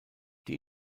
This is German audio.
die